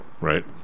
right